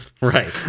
Right